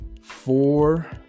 four